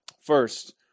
First